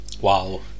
Wow